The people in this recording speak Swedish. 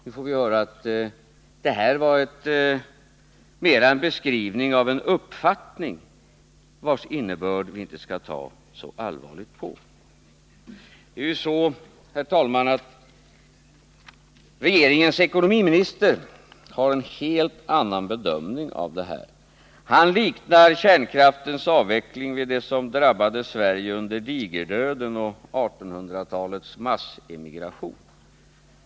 Nu får vi höra att det här var mera en beskrivning av en uppfattning, vars innebörd vi inte skall ta så allvarligt på. Det är ju så, herr talman, att regeringens ekonomiminister har en helt annan bedömning av saken. Han liknar kärnkraftens avveckling vid det som drabbade Sverige under digerdöden och 1800-talets massemigration.